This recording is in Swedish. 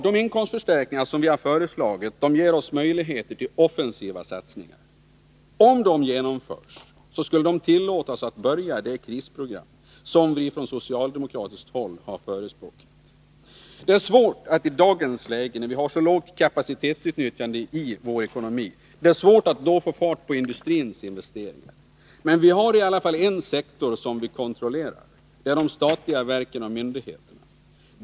De inkomstförstärkningar som vi föreslagit ger oss möjligheter till offensiva satsningar. Om de genomförs skulle de tillåta oss att börja med det krisprogram som vi från socialdemokratiskt håll har förespråkat. Det är svårt atti dagens läge, när vi har så lågt kapacitetsutnyttjande i vår ekonomi, få fart på industins investeringar. Men vi har i alla fall en sektor som vi kontrollerar — det är de statliga verken och myndigheterna.